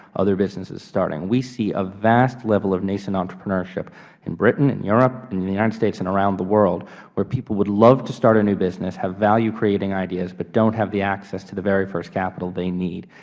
other businesses starting. we see a vast level of nascent entrepreneurship in britain, in europe, and the the united states and around the world where people would love to start a new business, have valuecreating ideas, but don't have the access to the very first capital they need.